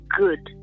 good